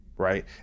Right